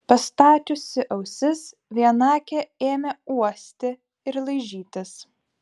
pastačiusi ausis vienakė ėmė uosti ir laižytis